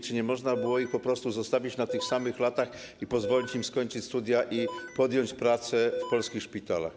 Czy nie można było ich po prostu zostawić na tych samych latach, pozwolić im skończyć studia i podjąć pracę w polskich szpitalach?